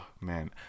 man